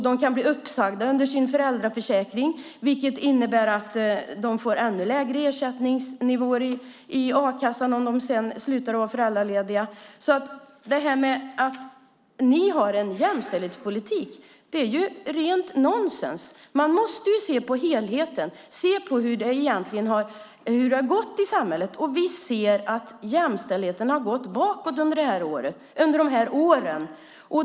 De kan bli uppsagda under sin föräldraförsäkring, vilket innebär att de får ännu lägre ersättningsnivåer i a-kassan om de sedan slutar att vara föräldralediga. Att ni skulle ha en jämställdhetspolitik är rent nonsens. Man måste se på helheten, på hur det egentligen har gått i samhället. Vi ser att jämställdheten har gått bakåt under de här åren.